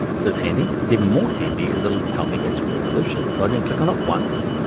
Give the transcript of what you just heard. so that's handy. what's even more handy is it'll tell me its resolution. so i'm gonna click on it once.